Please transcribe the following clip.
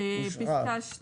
אושרה פה אחד.